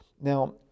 Now